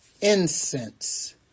Incense